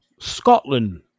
Scotland